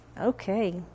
Okay